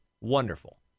Wonderful